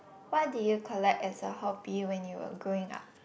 what did you collect as a hobby when you were growing up